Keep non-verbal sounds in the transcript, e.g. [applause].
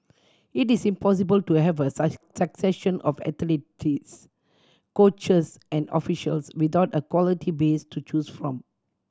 it is impossible to have a [unintelligible] succession of athletes coaches and officials without a quality base to choose from